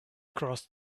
crossed